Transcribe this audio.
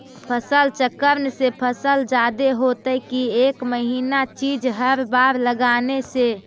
फसल चक्रन से फसल जादे होतै कि एक महिना चिज़ हर बार लगाने से?